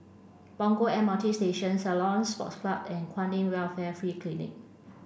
Punggol M R T Station Ceylon Sports Club and Kwan In Welfare Free Clinic